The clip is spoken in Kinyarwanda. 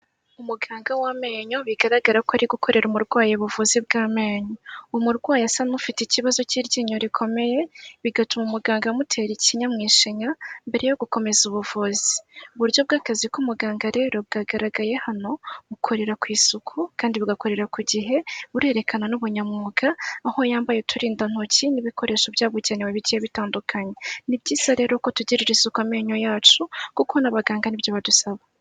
Umuganga w'amenyo bigaragara ko ari gukorera umurwayi ubuvuzi bw'amenyo. Umurwayi asa n'ufite ikibazo cy'iryinyo rikomeye bigatuma umuganga amutera ikinya mu ishinya mbere yo gukomeza ubuvuzi. Uburyo bw'akazi k'umuganga rero bwagaragaye hano bukorera ku isuku kandi bugakorera ku gihe burerekana n'ubunyamwuga aho yambaye uturindantoki n'ibikoresho byabu bugenewe bigiye bitandukanye. Ni byiza rero uko tugeje isuku amenyo yacu, kuko n'abaganga nibyo badusaba.